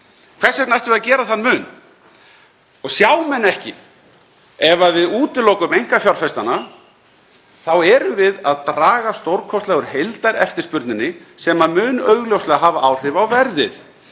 Hvers vegna ættum við að gera þann mun? Og sjá menn ekki að ef við útilokum einkafjárfestana þá erum við að draga stórkostlega úr heildareftirspurninni sem mun augljóslega hafa áhrif á verðið.